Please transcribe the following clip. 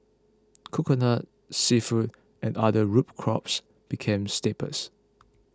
Coconut Seafood and other root crops became staples